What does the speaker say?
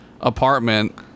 apartment